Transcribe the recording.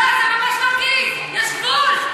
לא, זה ממש מרגיז, יש גבול.